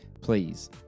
please